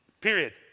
Period